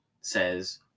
says